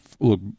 look